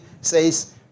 says